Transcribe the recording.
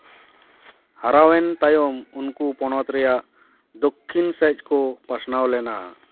ᱦᱟᱨᱟᱣᱮᱱ ᱛᱟᱭᱚᱢ ᱩᱱᱠᱩ ᱯᱚᱱᱚᱛ ᱨᱮᱭᱟᱜ ᱫᱚᱠᱠᱷᱤᱱ ᱥᱮᱫ ᱠᱚ ᱯᱟᱥᱱᱟᱣ ᱞᱮᱱᱟ